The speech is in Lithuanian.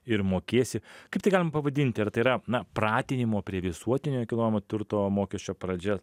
ir mokėsi kaip tai galim pavadinti ir tai yra na pratinimo prie visuotinio nekilnojamo turto mokesčio pradžia